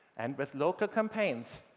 and with local campaigns,